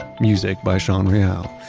music by sean real.